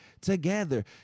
together